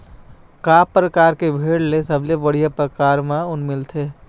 का परकार के भेड़ ले सबले बढ़िया परकार म ऊन मिलथे?